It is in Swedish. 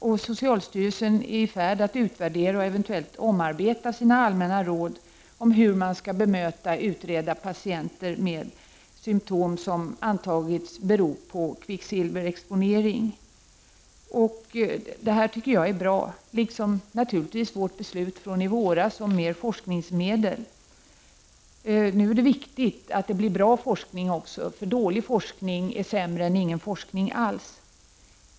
Och socialstyrelsen är i färd med att utvärdera och eventuellt omarbeta sina allmänna råd om hur man skall bemöta och utreda patienter med symptom som antagits bero på kvicksilverexponering. Jag anser att detta liksom beslutet från i våras om mer forskningsmedel är bra. Nu är det viktigt att den forskning som bedrivs är bra. Dålig forskning är nämligen sämre än ingen forskning alls.